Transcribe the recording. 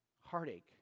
heartache